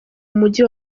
mujyi